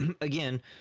again